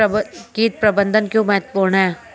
कीट प्रबंधन क्यों महत्वपूर्ण है?